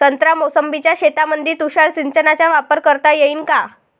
संत्रा मोसंबीच्या शेतामंदी तुषार सिंचनचा वापर करता येईन का?